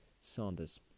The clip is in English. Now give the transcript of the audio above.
Sanders